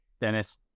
Dennis